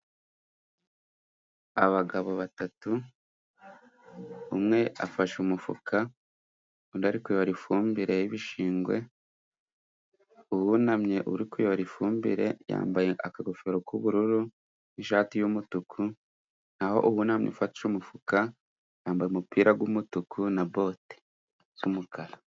Abagabo batatu; umwe afashe umufuka undi ari kuyora ifumbire y'ibishingwe. Uwunamye uri kuyora ifumbire yambaye akagofero k'ubururu n'ishati y'umutuku. Naho uwunamye ufashe umufuka yambaye umupira w'umutuku na bote z'umukara.